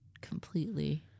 completely